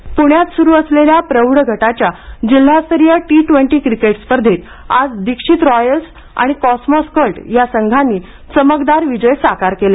क्रीडा पृण्यात सुरू असलेल्या प्रौढ गटाच्या जिल्हास्तरीय टी ट्वेन्टी क्रिकेट स्पर्धेत आज दीक्षित रॉयल्स आणि कॉसमॉस कल्ट या संघांनी चमकदार विजय साकार केले